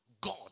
God